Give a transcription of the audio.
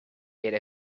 made